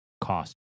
cost